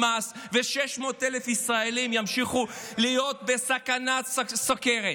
מס ו-600,000 ישראלים ימשיכו להיות בסכנת סוכרת?